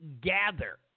gather